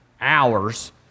hours